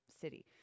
city